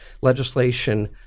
legislation